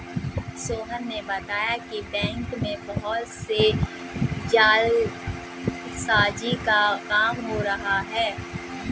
सोहन ने बताया कि बैंक में बहुत से जालसाजी का काम हो रहा है